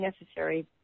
necessary